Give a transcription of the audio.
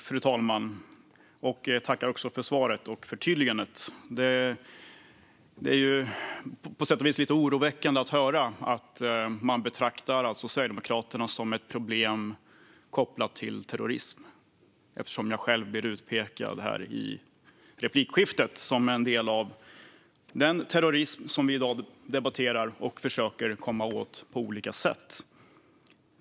Fru talman! Jag tackar Petter Löberg för svaret och förtydligandet. Det är på sätt och vis lite oroväckande att höra att man betraktar Sverigedemokraterna som ett problem kopplat till terrorism. Jag blir själv här i replikskiftet utpekad som en del av den terrorism som vi i dag debatterar och på olika sätt försöker komma åt.